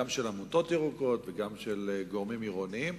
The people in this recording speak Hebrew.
גם של עמותות ירוקות וגם של גורמים עירוניים,